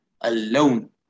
alone